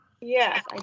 Yes